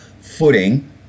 footing